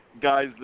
guys